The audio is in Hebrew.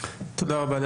תודה רבה.